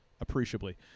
appreciably